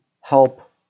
help